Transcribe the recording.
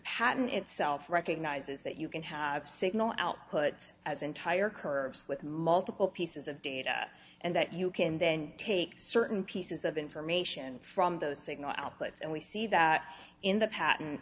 patent itself recognizes that you can have signal outputs as entire curves with multiple pieces of data and that you can then take certain pieces of information from those signal outputs and we see that in the pat